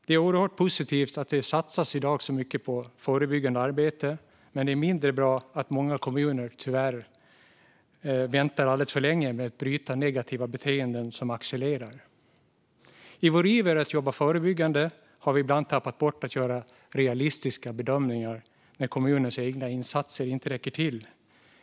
Det är oerhört positivt att det i dag satsas mycket på förebyggande arbete, men det är mindre bra att många kommuner tyvärr väntar alldeles för länge med att bryta negativa beteenden som accelererar. I vår iver att jobba förebyggande har vi ibland tappat bort att göra realistiska bedömningar när kommunens egna insatser inte räcker till.